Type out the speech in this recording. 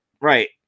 Right